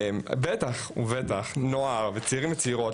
כשאנחנו מדברים על צעירים וצעירות,